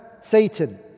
Satan